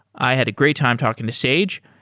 i had a great time talking to sage.